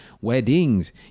weddings